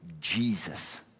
Jesus